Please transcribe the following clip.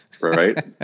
right